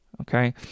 okay